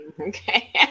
okay